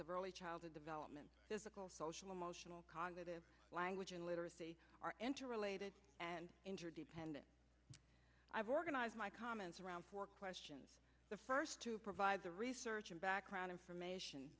of early childhood development physical social emotional cognitive language and literacy are interrelated and interdependent i've organized my comments around four questions the first to provide the research and background information